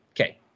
Okay